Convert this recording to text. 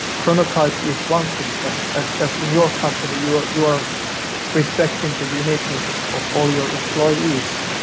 chronotype is one thing, but as as in your company you are you are respecting the uniqueness of all your employees